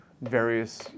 various